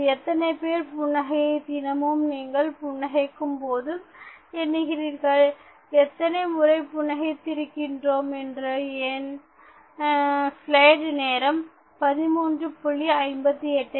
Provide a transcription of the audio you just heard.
இதில் எத்தனை பேர் புன்னகையை தினமும் நீங்கள் புன்னகைக்கும் போது எண்ணுகிறீர்கள் எத்தனை முறை புன்னகைத்திருக்கின்றோம் இன்று என